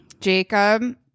Jacob